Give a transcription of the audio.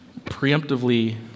preemptively